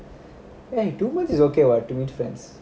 eh two months is okay what to meet friends